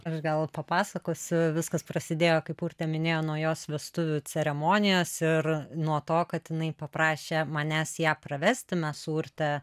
aš gal papasakosiu viskas prasidėjo kaip urtė minėjo nuo jos vestuvių ceremonijos ir nuo to kad jinai paprašė manęs ją pravesti mes su urte